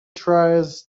tries